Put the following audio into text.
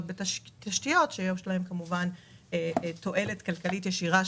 בתשתיות שיש להן תועלת כלכלית ישירה.